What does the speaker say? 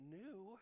new